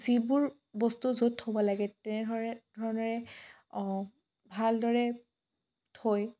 যিবোৰ বস্তু য'ত থ'ব লাগে তেনেধৰে ধৰণেৰে ভালদৰে থৈ